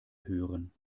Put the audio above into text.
hören